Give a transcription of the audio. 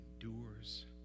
endures